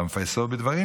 "והמפייסו בדברים